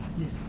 Yes